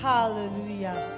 Hallelujah